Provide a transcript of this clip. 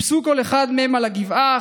כל אחד מהם טיפס על הגבעה,